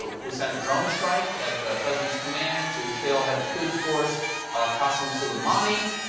we sent a drone strike at the president's command to kill head of the quds force qasem soleimani.